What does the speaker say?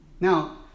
Now